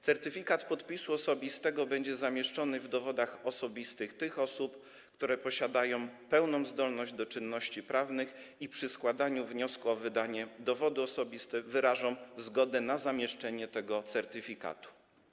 Certyfikat podpisu osobistego będzie zamieszczany w dowodach osobistych tych osób, które posiadają pełną zdolność do czynności prawnych i przy składaniu wniosku o wydanie dowodu osobistego wyrażą zgodę na zamieszczenie tego certyfikatu.